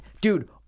Dude